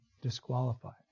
disqualified